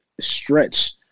stretch